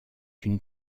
une